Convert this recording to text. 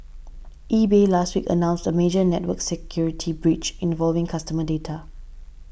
eBay last week announced a major network security breach involving customer data